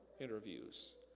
interviews